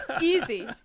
easy